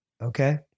okay